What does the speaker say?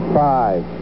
five